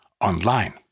online